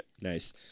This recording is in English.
Nice